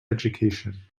education